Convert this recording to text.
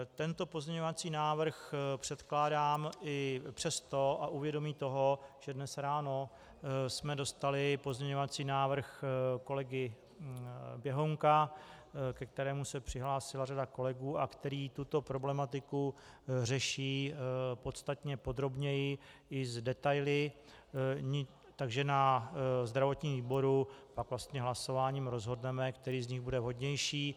Tento pozměňovací návrh předkládám i přesto a u vědomí toho, že dnes ráno jsme dostali pozměňovací návrh kolegy Běhounka, ke kterému se přihlásila řada kolegů a který tuto problematiku řeší podstatně podrobněji i s detaily, takže na zdravotním výboru a vlastně hlasováním rozhodneme, který z nich bude vhodnější.